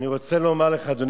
כבוד